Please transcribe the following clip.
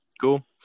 Cool